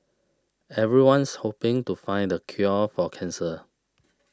everyone's hoping to find the cure for cancer